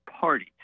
Party